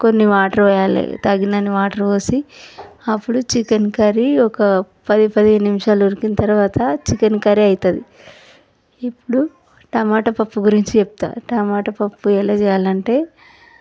కొన్ని వాటర్ పోయాలి తగినన్ని వాటర్ పోసి అప్పుడు చికెన్ కర్రీ ఒక పది పదిహేను నిమిషాలు ఉడికిన తరువాత చికెన్ కర్రీ అవుతుంది ఇప్పుడు టమాట పప్పు గురించి చెప్తాను టమాట పప్పు ఎలా చేయాలంటే